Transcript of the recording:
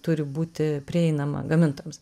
turi būti prieinama gamintojams